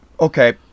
Okay